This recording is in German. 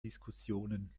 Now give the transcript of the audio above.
diskussionen